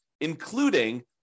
including